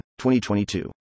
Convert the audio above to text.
2022